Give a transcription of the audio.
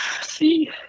See